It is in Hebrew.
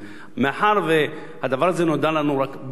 מאחר שהדבר הזה נודע לנו רק בדיעבד,